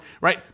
right